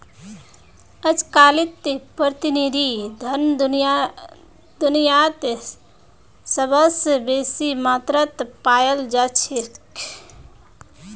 अजकालित प्रतिनिधि धन दुनियात सबस बेसी मात्रात पायाल जा छेक